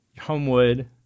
Homewood